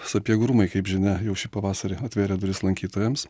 sapiegų rūmai kaip žinia jau šį pavasarį atvėrė duris lankytojams